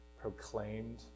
proclaimed